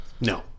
No